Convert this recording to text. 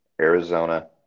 Arizona